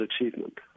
achievement